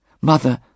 Mother